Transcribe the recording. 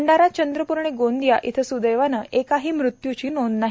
भांडरा चंद्रप्र आणि गोंदिया इथं स्दैवाने एकही मृत्य्ची नोंद नाही